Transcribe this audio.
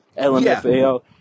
LMFAO